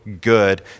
good